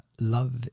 love